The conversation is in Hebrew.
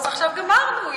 ועכשיו גמרנו,